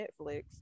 netflix